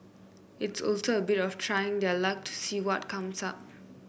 it's also a bit of trying their luck to see what comes up